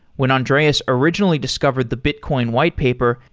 when andrea's originally discovered the bitcoin white paper,